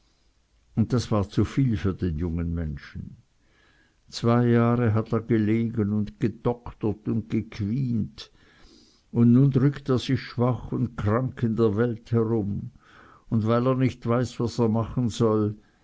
und das war zuviel für den jungen menschen zwei jahre hat er gelegen und gedoktert und gequient und nun drückt er sich schwach und krank in der welt herum und weil er nicht weiß was er machen soll